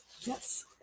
Yes